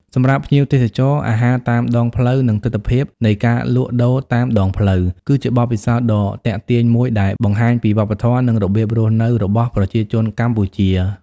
សម្រាប់ភ្ញៀវទេសចរ អាហារតាមដងផ្លូវ និងទិដ្ឋភាពនៃការលក់ដូរតាមដងផ្លូវ គឺជាបទពិសោធន៍ដ៏ទាក់ទាញមួយដែលបង្ហាញពីវប្បធម៌ និងរបៀបរស់នៅរបស់ប្រជាជនកម្ពុជា ។